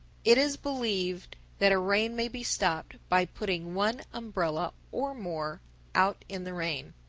it is believed that a rain may be stopped by putting one umbrella or more out in the rain.